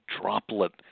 droplet